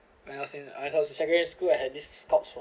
I ask him when I was in secondary school I had this scout from